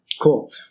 Cool